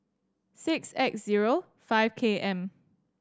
six X zero five K M